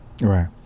Right